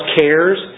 cares